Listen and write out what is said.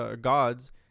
gods